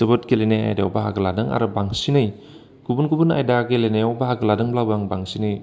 जोबोद गेलेनाय आयदायाव बाहागो लादों आरो बांसिनै गुबुन गुबुन आयदा गेलेनायाव बाहागो लादोंब्लाबो आं बांसिनै